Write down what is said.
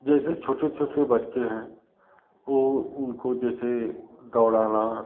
जैसे छोटे छोटे बच्चे हैं वह उनको जैसे दौड़ाना